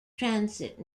transit